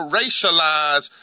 racialize